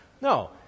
No